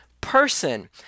person